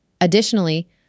Additionally